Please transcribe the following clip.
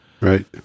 Right